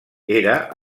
era